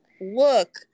look